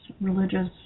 religious